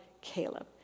Caleb